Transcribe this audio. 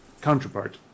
counterpart